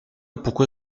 pourquoi